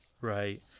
Right